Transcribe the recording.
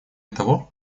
того